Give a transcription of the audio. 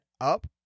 up